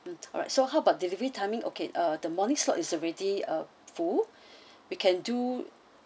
mm alright so how about delivery timing okay uh the morning slot is already uh full we can do